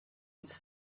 its